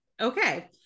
Okay